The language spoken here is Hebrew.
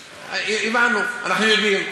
הבנו, אנחנו יודעים.